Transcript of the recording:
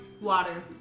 water